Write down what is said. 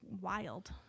wild